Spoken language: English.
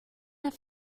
have